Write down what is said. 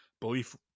belief